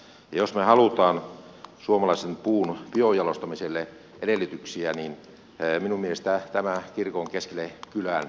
jos me haluamme suomalaisen puun biojalostamiselle edellytyksiä niin minun mielestäni tämä kirkon keskelle kylää laittaminen on paikallaan